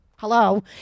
Hello